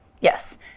yes